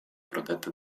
protette